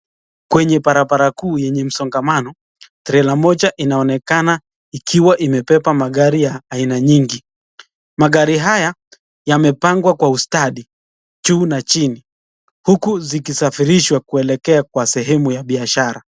Kwenye barabara kuu yenye msongamano, trela moja inaonekana ikiwa imebeba magari ya aina nyingi. Magari haya yamepangwa kwa ustadi, juu na chini, huku zikisafirishwa kuelekea kwa sehemu ya biashara.